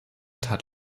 tat